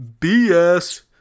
BS